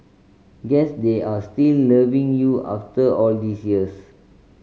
guess they are still loving you after all these years